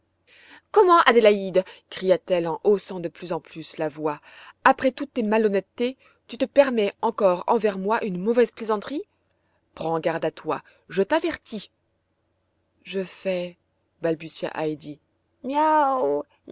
comment adélaïde cria-t-elle en haussant de plus en plus la voix après toutes tes malhonnêtetés tu te permets encore envers moi une mauvaise plaisanterie prends garde à toi je t'avertis je fais balbutia